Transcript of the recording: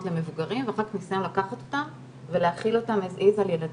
למבוגרים ואחר כך ניסיון לקחת אותם ולהחיל אותם כמות שהם על ילדים.